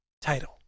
title